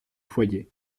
foyer